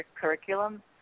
curriculum